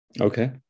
Okay